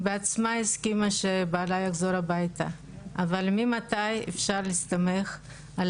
בעצמה הסכימה שבעלה יחזור הביתה אבל ממתי אפשר להסתמך על